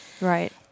Right